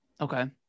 okay